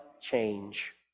change